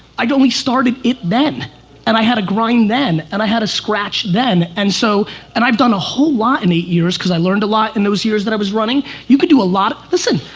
i only started it then and i had a grind then and i had a scratch then and so and i've done a whole lot in eight years because i learned a lot in those years that i was running. you could do a lot, listen,